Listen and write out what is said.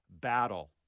battle